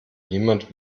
niemand